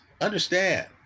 understand